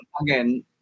again